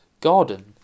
garden